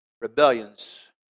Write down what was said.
Rebellions